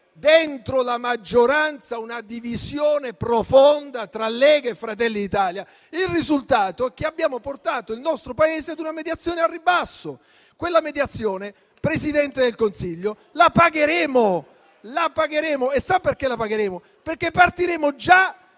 dentro la maggioranza c'era una divisione profonda tra Lega e Fratelli d'Italia, il risultato è che abbiamo portato il nostro Paese ad una mediazione al ribasso. Quella mediazione, signora Presidente del Consiglio, la pagheremo e sa perché? Perché partiremo già